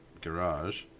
garage